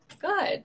Good